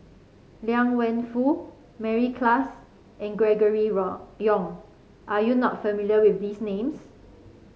Liang Wenfu Mary Klass and Gregory Yong are you not familiar with these names